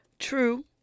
true